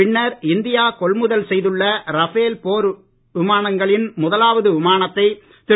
பின்னர் இந்தியா கொள்முதல் செய்துள்ள ரபேல் போர் விமானங்களின் முதலாவது விமானத்தை திரு